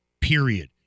period